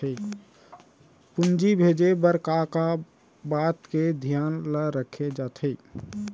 पूंजी भेजे बर का का बात के धियान ल रखे जाथे?